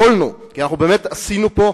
יכולנו כי באמת עשינו פה,